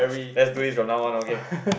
let's do this from now on okay